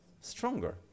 stronger